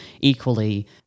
equally –